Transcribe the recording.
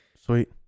sweet